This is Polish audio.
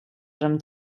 żem